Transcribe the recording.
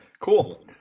Cool